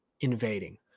invading